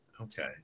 Okay